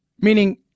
Meaning